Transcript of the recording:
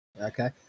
Okay